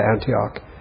Antioch